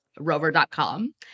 Rover.com